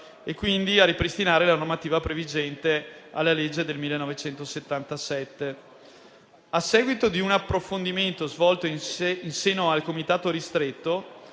e quindi a ripristinare la normativa previgente alla legge del 1977. A seguito di un approfondimento svolto in seno al comitato ristretto,